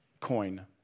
coin